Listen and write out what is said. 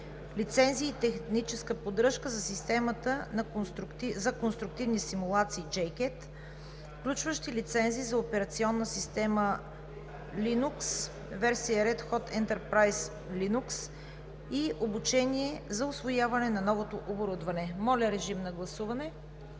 „Лицензи и техническа поддръжка на системата за конструктивни симулации JCATS, включващи лицензи за операционна система Linux, версия Red Hat Enterprise Linux (RHEL) и обучение за усвояване на новото оборудване“. Гласували